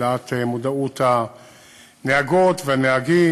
להעלאת מודעות הנהגות והנהגים,